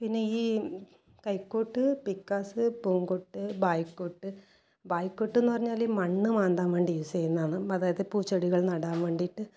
പിന്നെ ഈ കൈക്കോട്ട് പിക്കാസ് പൂങ്കോട്ട് ബായിക്കോട്ട് ബായിക്കോട്ട് എന്ന് പറഞ്ഞാൽ ഈ മണ്ണ് മാന്താൻ വേണ്ടി യൂസ് ചെയ്യുന്നതാണ് അതായത് പൂച്ചെടികൾ നടാൻ വേണ്ടിയിട്ട്